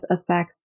affects